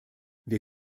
wir